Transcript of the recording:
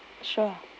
sure